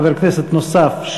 חבר כנסת נוסף,